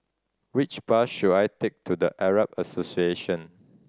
which bus should I take to The Arab Association